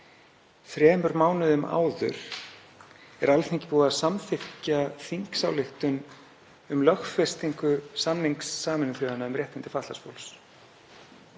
þremur mánuðum áður er Alþingi búið að samþykkja þingsályktun um lögfestingu samnings Sameinuðu þjóðanna um réttindi fatlaðs fólks.